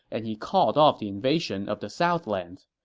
and he called off the invasion of the southlands.